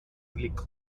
relic